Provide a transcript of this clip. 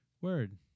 Word